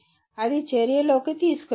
అది చర్యలోకి తీసుకురావచ్చు